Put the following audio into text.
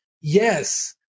yes